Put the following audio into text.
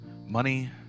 money